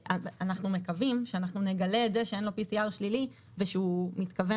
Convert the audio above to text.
אנחנו מקווים שנגלה את זה שאין לו PCR שלילי ושהוא מתכוון